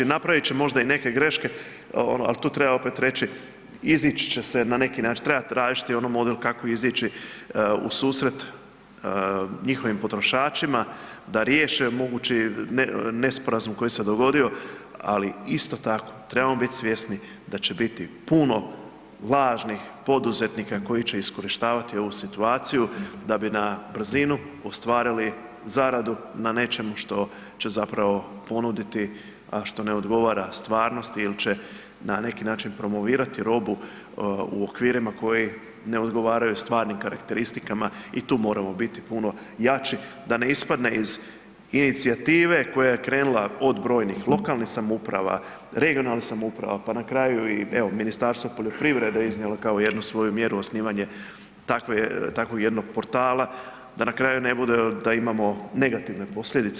Napravit će možda i neke greške ali tu treba reći, izaći će se na neki način, treba tražiti ono model kako izići ususret njihovim potrošačima da riješe mogući nesporazum koji se dogodio, ali isto tako trebamo biti svjesni da će biti puno važnih poduzetnika koji će iskorištavati ovu situaciju da bi na brzinu ostvarili zaradu na nečemu što će zapravo ponuditi, a što ne odgovara stvarnosti ili će na neki način promovirati robu u okvirima koji ne odgovaraju stvarnim karakteristikama i tu moramo biti puno jači, da ne ispadne iz inicijative koja je krenula od brojnih lokalnih samouprava, regionalnih samouprava pa na kraju evo i Ministarstvo poljoprivrede je iznijelo kao jednu svoju mjeru osnivanje takve, takvog jednog portala da na kraju ne bude, da imamo negativne posljedice.